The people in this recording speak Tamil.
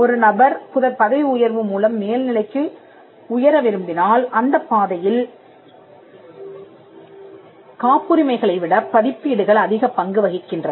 ஒரு நபர் பதவி உயர்வு மூலம் மேல் நிலைக்கு உயர விரும்பினால் அந்தப் பாதையில் காப்புரிமைகளைவிடப் பதிப்பீடுகள் அதிகப் பங்கு வகிக்கின்றன